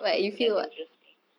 that's interesting